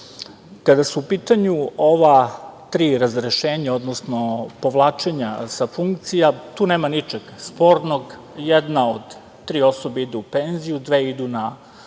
reda. Kada su u pitanju ova tri razrešenja, odnosno povlačenja sa funkcija, tu nema ničeg spornog. Jedna od tri osobe ide u penziju, dve idu na druge